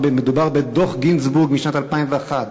מדובר בדוח גינצבורג משנת 2001,